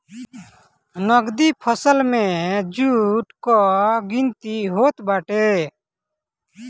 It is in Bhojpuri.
नगदी फसल में जुट कअ गिनती होत बाटे